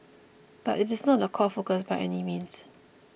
but it is not the core focus by any means